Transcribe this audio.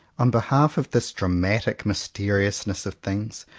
on behalf of this dramatic mysteriousness of things,